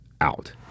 out